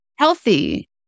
Healthy